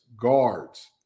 guards